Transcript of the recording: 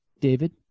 David